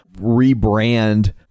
rebrand